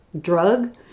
drug